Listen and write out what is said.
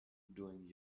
doing